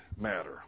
matter